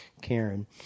Karen